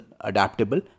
adaptable